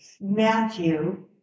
Matthew